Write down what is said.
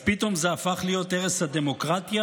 אז פתאום זה הפך להיות הרס הדמוקרטיה?